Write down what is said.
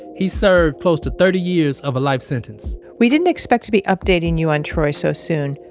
he served close to thirty years of a life sentence we didn't expect to be updating you on troy so soon.